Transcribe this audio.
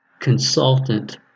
consultant